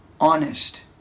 honest